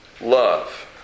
love